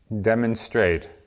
demonstrate